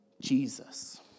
Jesus